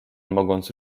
mogąc